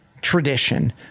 tradition